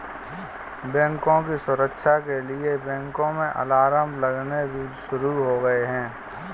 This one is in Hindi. बैंकों की सुरक्षा के लिए बैंकों में अलार्म लगने भी शुरू हो गए हैं